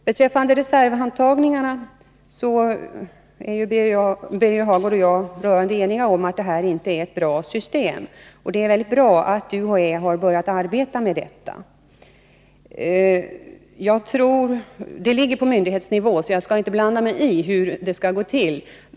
Beträffande reservantagningarna är Birger Hagård och jag rörande eniga omatt situationen inte är bra. Det är utmärkt att UHÄ har börjat arbeta med den frågan. Den ligger på myndighetsnivå, så jag skall inte blanda mig i hur det skall gå till.